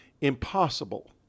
impossible